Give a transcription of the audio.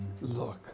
look